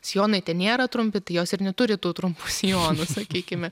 sijonai ten nėra trumpi tai jos ir neturi tų trumpų sijonų sakykime